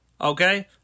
Okay